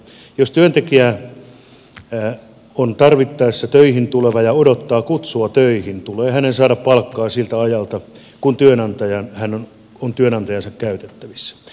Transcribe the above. jos työntekijä on tarvittaessa töihin tuleva ja odottaa kutsua töihin tulee hänen saada palkkaa siltä ajalta kun hän on työnantajansa käytettävissä